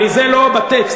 זה לא בטקסט,